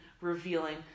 revealing